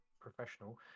professional